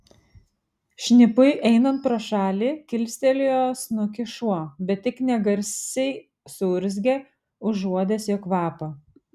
šnipui einant pro šalį kilstelėjo snukį šuo bet tik negarsiai suurzgė užuodęs jo kvapą